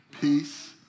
Peace